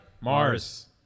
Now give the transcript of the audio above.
Mars